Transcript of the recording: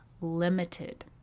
limited